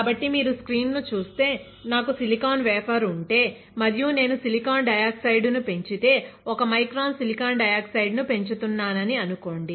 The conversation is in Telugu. కాబట్టి మీరు స్క్రీన్ ను చూస్తే నాకు సిలికాన్ వేఫర్ ఉంటే మరియు నేను సిలికాన్ డై ఆక్సైడ్ ను పెంచితే ఒక 1 మైక్రాన్ సిలికాన్ డయాక్సైడ్ ను పెంచుతున్నానని అనుకోండి